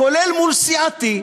כולל מול סיעתי,